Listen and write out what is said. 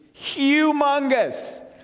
humongous